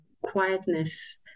quietness